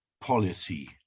policy